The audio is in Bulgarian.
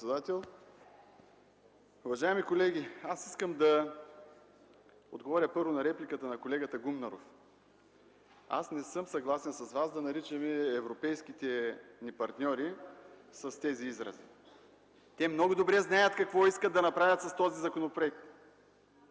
Благодаря Ви, госпожо председател. Уважаеми колеги, искам да отговоря първо на репликата на колегата Гумнеров. Аз не съм съгласен с Вас да наричаме европейските ни партньори с тези изрази. Те много добре знаят какво искат да направят с този законопроект.